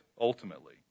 ultimately